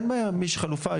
אין בעיה יש חלופה,